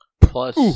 Plus